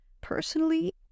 Personally